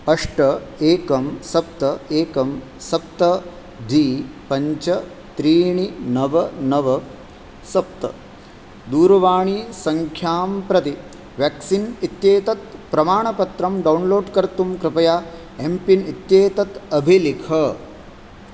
अष्ट एकं सप्त एकं सप्त द्वि पञ्च त्रीणि नव नव सप्त दूरवाणीसङ्ख्यां प्रति व्यक्सीन् इत्येतत् प्रमाणपत्रम् डौन्लोड् कर्तुं कृपया एम्पिन् इत्येतत् अभिलिख